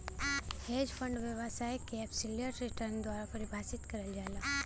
hedge fund व्यवसाय के absolute return द्वारा परिभाषित करल जाला